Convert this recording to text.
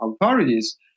authorities